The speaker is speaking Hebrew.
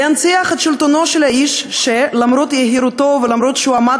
היא להנציח את שלטונו של האיש שלמרות יהירותו ולמרות שהוא עמד